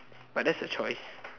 but that's her choice